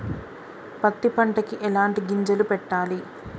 పత్తి పంటకి ఎలాంటి గింజలు పెట్టాలి?